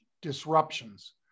disruptions